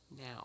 now